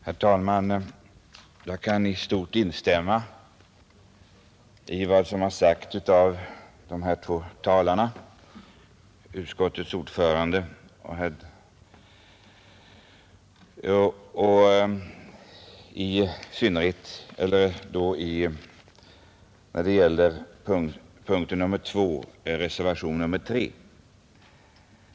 Herr talman! Jag kan i stort instämma i vad de två föregående talarna, utskottets ordförande och herr Dahlgren, har anfört beträffande reservationen 3 vid punkten 2.